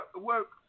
work